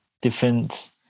different